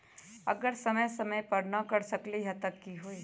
अगर समय समय पर न कर सकील त कि हुई?